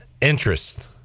interest